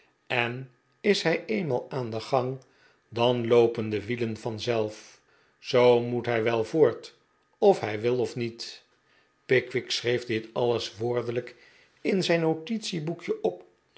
en is hij eenmaal aan den gang dan loopen de wielen vanzelf zoo moet hij wel voort of hij wil of niet pickwick schreef dit alles woordelijk in zijn notitieboekje op